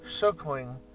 Circling